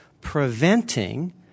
preventing